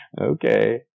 okay